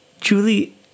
Julie